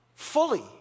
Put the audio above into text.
Fully